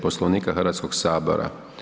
Poslovnika Hrvatskog sabora.